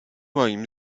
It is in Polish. moim